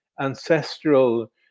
ancestral